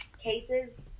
Cases